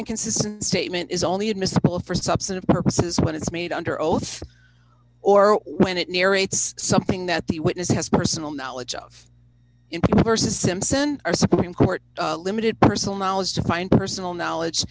inconsistent statement is only admissible for substantive purposes when it's made under oath or when it narrates something that the witness has personal knowledge of in the st simpson or supreme court limited personal knowledge to find personal knowledge